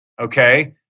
okay